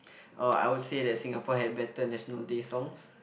oh I would say that Singapore had better National Day songs